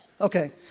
Okay